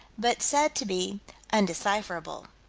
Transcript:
but said to be undecipherable.